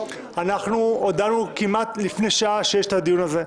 אנחנו הודענו כמעט לפני שעה שיש את הדיון הזה.